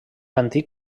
antic